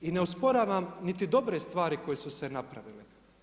I ne osporavam niti dobre stvari koje su se napravile.